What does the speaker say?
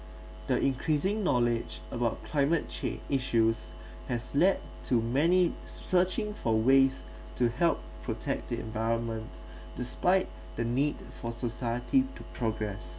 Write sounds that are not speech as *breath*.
the increasing knowledge about climate change issues *breath* has led to many searching for ways to help protect the environment *breath* despite the need for society to progress